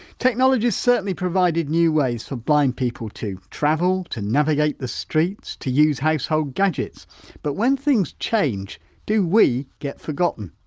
technology has certainly provided new ways for blind people to travel, to navigate the streets to use household gadgets but when things change do we get forgotten?